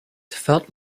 felt